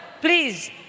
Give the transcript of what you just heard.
please